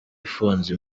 ifunze